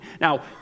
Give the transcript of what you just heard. Now